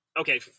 Okay